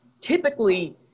typically